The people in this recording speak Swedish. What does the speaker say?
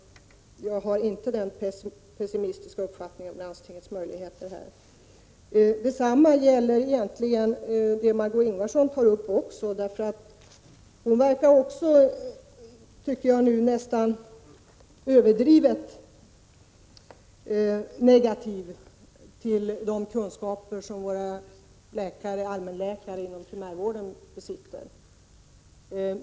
Jag har inte någon pessimistisk inställning till landstingens möjligheter i det avseendet. Detsamma gäller egentligen det som Margö Ingvardsson tar upp. Hon förefaller också vara nästan överdrivet negativ när det gäller de kunskaper som våra allmänläkare inom primärvården besitter.